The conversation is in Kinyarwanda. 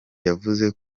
yavuze